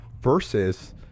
versus